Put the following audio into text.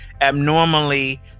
abnormally